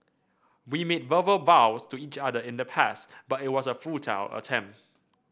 we made verbal vows to each other in the past but it was a futile attempt